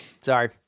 sorry